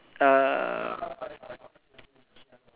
um